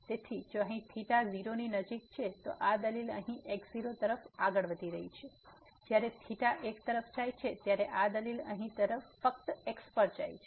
તેથી જો અહીં θ 0 ની નજીક છે તો આ દલીલ અહીં x0 તરફ આગળ વધી રહી છે જ્યારે થેટા એક તરફ જાય ત્યારે આ દલીલ અહીં ફક્ત x પર જાય છે